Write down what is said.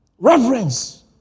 Reverence